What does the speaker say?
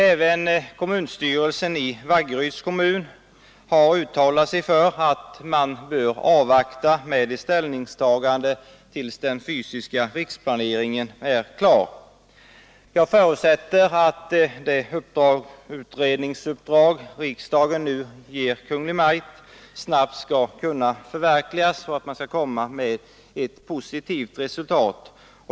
Även kommunstyrelsen i Vaggeryds kommun har uttalat sig för att man bör avvakta med ett ställningstagande tills den fysiska riksplaneringen är klar. Jag förutsätter att det utredningsuppdrag som riksdagen nu ger Kungl. Maj:t snabbt skall kunna förverkligas och leda till ett positivt resultat.